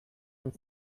and